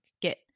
get